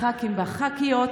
הח"כים והח"כיות,